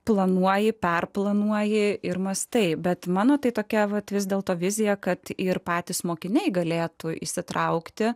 planuoji perplanuoja ir mąstai bet mano tai tokia vat vis dėlto vizija kad ir patys mokiniai galėtų įsitraukti